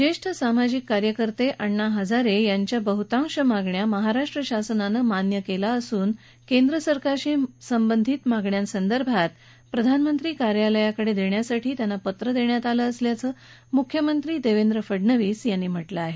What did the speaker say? ज्येष्ठ सामाजिक कार्यकर्ते अण्णा हजारे यांच्या बहुतांश मागण्या राज्यशासनानं मान्य केल्या असून केंद्र सरकारशी संबंधित मागण्यासंदर्भात प्रधानमंत्री कार्यालयातून त्यांना पत्र देण्यात आलं असल्याचं मुख्यमंत्री देवेंद्र फडणवीस यांनी म्हटलं आहे